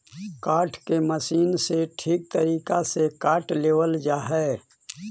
काष्ठ के मशीन से ठीक तरीका से काट लेवल जा हई